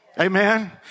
Amen